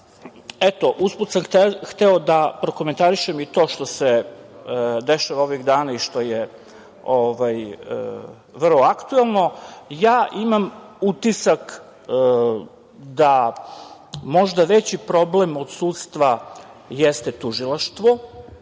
da, usput sam hteo da prokomentarišem i to što se dešava ovih dana i što je vrlo aktuelno. Imam utisak da možda veći problem od sudstva jeste tužilaštvo,